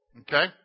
okay